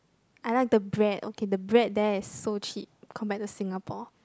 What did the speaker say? I like the bread okay the bread there is so cheap compared to Singapore